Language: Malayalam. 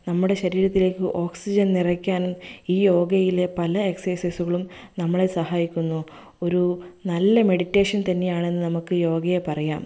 നമ്മുടെ ശരീത്തിലേക്ക് ഓക്സിജൻ നിറയ്ക്കാനും ഈ യോഗയിലെ പല എക്സ്ർസൈസുകളും നമ്മളെ സഹായിക്കുന്നു ഒരു നല്ല മെഡിറ്റേഷൻ തന്നെയാണെന്ന് നമുക്ക് യോഗയെ പറയാം